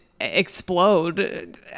explode